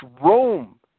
Rome